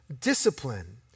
Discipline